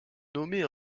nommée